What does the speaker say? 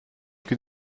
gün